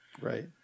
Right